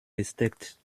gesteckt